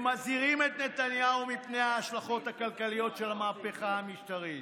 הם מזהירים את נתניהו מפני ההשלכות הכלכליות של המהפכה המשטרית.